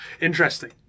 Interesting